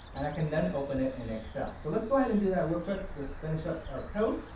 and i can then open it in excel. so let's go ahead and do that real quick. just finish up our code.